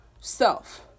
self